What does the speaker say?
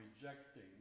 rejecting